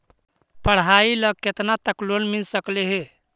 पढाई ल केतना तक लोन मिल सकले हे?